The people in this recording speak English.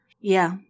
Yeah